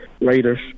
Raiders